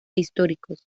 históricos